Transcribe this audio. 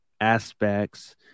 aspects